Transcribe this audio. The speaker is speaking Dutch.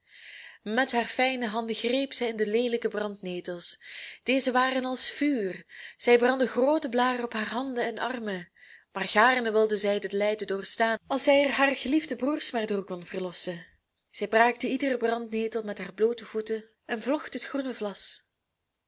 met haar fijne handen greep zij in de leelijke brandnetels deze waren als vuur zij brandden groote blaren op haar handen en armen maar gaarne wilde zij dit lijden doorstaan als zij er haar geliefde broeders maar door kon verlossen zij braakte iedere brandnetel met haar bloote voeten en vlocht het groene vlas